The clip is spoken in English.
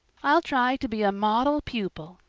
i'll try to be a model pupil,